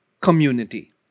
community